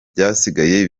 byasigaye